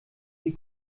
die